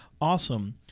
Awesome